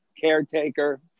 caretaker